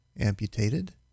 amputated